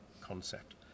concept